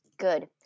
good